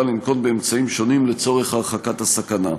לנקוט אמצעים שונים לצורך הרחקת הסכנה.